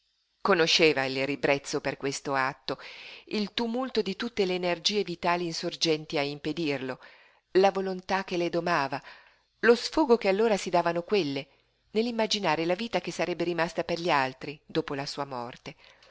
conosceva il ribrezzo per questo atto il tumulto di tutte le energie vitali insorgenti a impedirlo la volontà che le domava lo sfogo che allora si davano quelle nell'immaginare la vita che sarebbe rimasta per gli altri dopo la sua morte